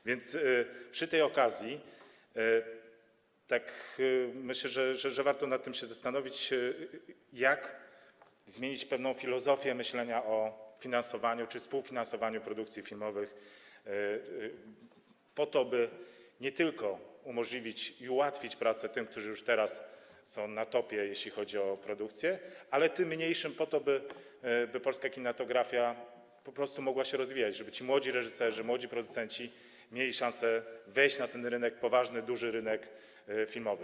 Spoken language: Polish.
A więc przy tej okazji, tak myślę, warto się zastanowić nad tym, jak zmienić pewną filozofię myślenia o finansowaniu czy współfinansowaniu produkcji filmowych, po to by nie tylko umożliwić i ułatwić pracę tym, którzy już teraz są na topie, jeśli chodzi o produkcję, ale też tym mniejszym, po to by polska kinematografia po prostu mogła się rozwijać, żeby ci młodzi reżyserzy, młodzi producenci mieli szansę wejść na ten rynek, poważny, duży rynek filmowy.